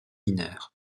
mineurs